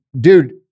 dude